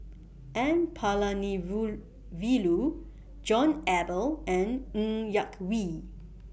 N John Eber and Ng Yak Whee